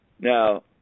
Now